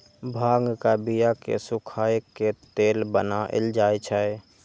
भांगक बिया कें सुखाए के तेल बनाएल जाइ छै